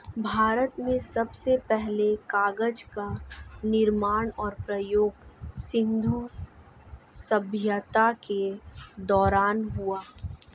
भारत में सबसे पहले कागज़ का निर्माण और प्रयोग सिन्धु सभ्यता के दौरान हुआ